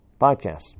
podcast